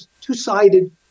two-sided